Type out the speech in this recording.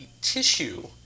tissue